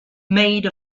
made